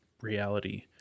reality